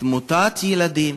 תמותת ילדים,